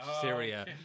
Syria